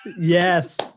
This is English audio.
Yes